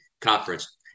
conference